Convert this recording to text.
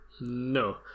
No